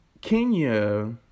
Kenya